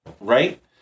Right